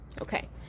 Okay